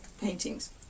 paintings